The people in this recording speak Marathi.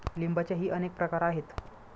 लिंबाचेही अनेक प्रकार आहेत